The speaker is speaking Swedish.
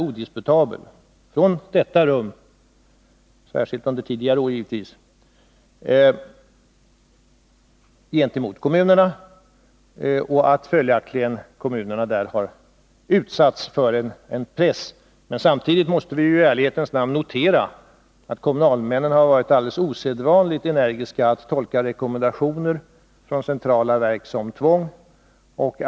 Från detta rum, särskilt under tidigare år, har det skett en övervältring av kostnader på kommunerna, och dessa har följaktligen utsatts för en press. Men samtidigt måste vi i ärlighetens namn notera att kommunalmännen har varit alldeles osedvanligt energiska när det gäller att tolka rekommendationer från centrala verk som tvång.